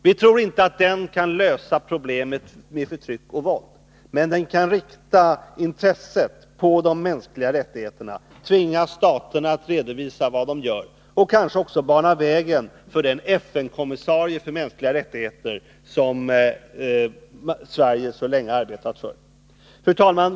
Vi trorinte att den kan lösa problemet med förtryck och våld, men den kan rikta intresset på de mänskliga rättigheterna, tvinga staterna att redovisa vad de gör och kanske också bana väg för den FN-kommissarie för mänskliga rättigheter som Sverige så länge har arbetat för. Fru talman!